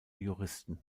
juristen